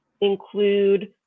include